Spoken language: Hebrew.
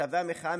מכתבי המחאה,